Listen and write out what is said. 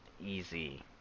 easy